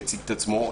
איך שהציג את עצמו,